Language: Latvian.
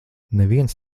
neviens